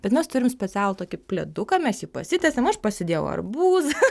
bet mes turim specialų tokį pleduką mes jį pasitiesėm aš pasidėjau arbūzą